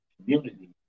community